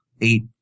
eight